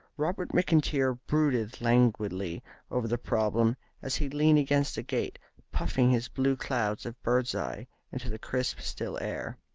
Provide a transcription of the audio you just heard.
robert mcintyre brooded languidly over the problem as he leaned against the gate, puffing his blue clouds of bird's-eye into the crisp, still air.